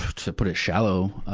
to put is shallow, ah,